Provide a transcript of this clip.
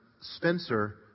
Spencer